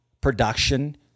production